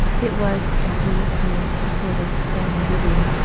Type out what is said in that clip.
it was, as we have seen, a sort of family living,